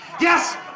Yes